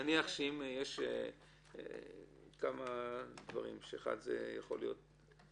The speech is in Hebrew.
נניח אם יש כמה דברים: אחד זה שנתיים,